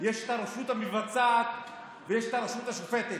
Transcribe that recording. יש את הרשות המבצעת ויש את הרשות השופטת,